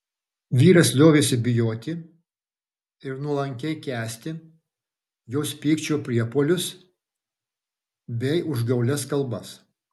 vyras liovėsi bijoti ir nuolankiai kęsti jos pykčio priepuolius bei užgaulias kalbas